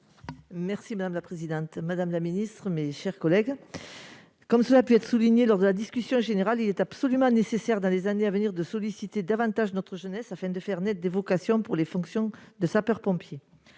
: La parole est à Mme Guylène Pantel. Comme cela a pu être souligné lors de la discussion générale, il est absolument nécessaire, dans les années à venir, de solliciter davantage notre jeunesse, afin de faire naître des vocations pour les fonctions de sapeurs-pompiers.